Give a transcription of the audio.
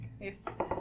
Yes